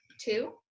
two